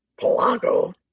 Polanco